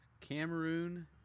Cameroon